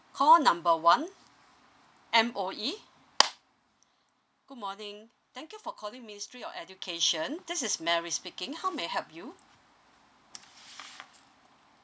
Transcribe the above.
call number one M_O_E good morning thank you for calling ministry of education this is mary speaking how may I help you